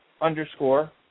underscore